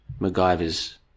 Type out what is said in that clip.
MacGyver's